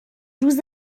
روز